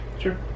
Sure